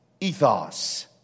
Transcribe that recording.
ethos